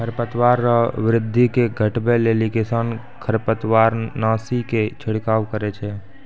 खरपतवार रो वृद्धि के घटबै लेली किसान खरपतवारनाशी के छिड़काव करै छै